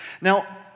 Now